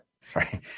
sorry